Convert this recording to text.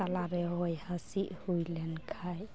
ᱛᱟᱞᱟᱨᱮ ᱦᱚᱭ ᱦᱤᱥᱤᱫ ᱦᱩᱭ ᱞᱮᱱ ᱠᱷᱟᱱ